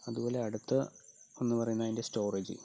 അതുപോലെ അടുത്ത ഒന്ന് പറയുന്നത് അതിൻ്റെ സ്റ്റോറേജ്